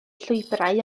llwybrau